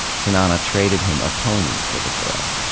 snana traded him a pony for the girl.